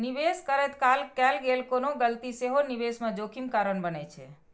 निवेश करैत काल कैल गेल कोनो गलती सेहो निवेश मे जोखिम कारण बनै छै